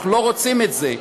אנחנו לא רוצים את זה,